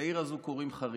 לעיר הזו קוראים חריש.